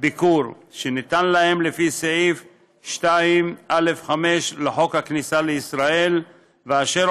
ביקור שניתן להם לפי סעיף 2(א)(5) לחוק הכניסה לישראל ואשר